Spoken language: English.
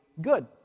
good